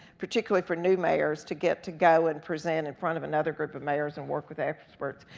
particularly for new mayors, to get to go and present in front of another group of mayors and work with experts,